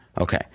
Okay